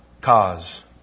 cause